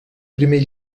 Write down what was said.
primer